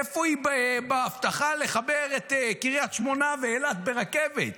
איפה היא בהבטחה לחבר את קריית שמונה ואילת ברכבת?